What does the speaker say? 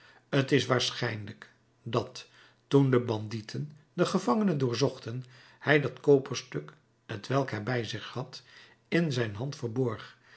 t is waarschijnlijk dat toen de bandieten den gevangene doorzochten hij dat koperstuk t welk hij bij zich had in zijn hand verborg